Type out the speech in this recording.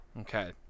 Okay